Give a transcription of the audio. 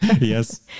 Yes